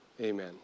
amen